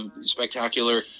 spectacular